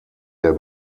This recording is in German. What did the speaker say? der